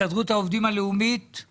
הסתדרות העובדים הלאומית.